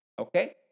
okay